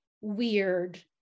weird